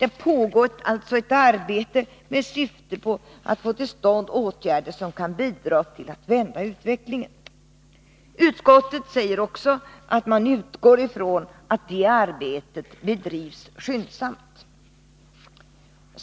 Det pågår alltså ett arbete med syfte att få till stånd åtgärder som kan bidra till att vända utvecklingen. Utskottet säger också att man utgår från att arbetet bedrivs skyndsamt.